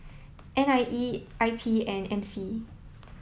N I E I P and M C